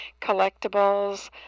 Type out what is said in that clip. collectibles